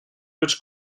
which